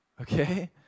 Okay